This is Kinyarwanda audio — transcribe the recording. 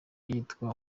yitwa